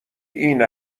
این